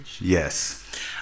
Yes